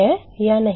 है या नहीं